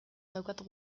daukat